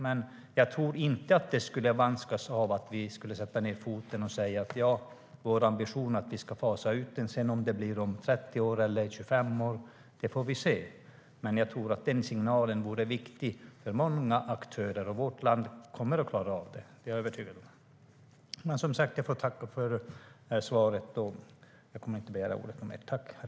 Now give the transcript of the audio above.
Men jag tror inte att det skulle förvanskas av att vi skulle sätta ned foten och säga: Vår ambition är att vi ska fasa ut kärnkraften. Om det sedan blir om 30 eller 25 år får vi se. Jag tror att den signalen vore viktig för många aktörer. Vårt land kommer att klara av det; det är jag övertygad om.